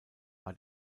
war